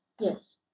Yes